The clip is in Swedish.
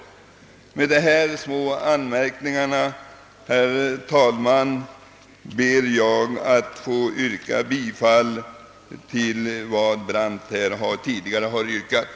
Med dessa små anmärkningar, herr talman, ber jag att få framställa samma yrkande som herr Brandt tidigare ställt.